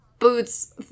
Boots